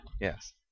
yes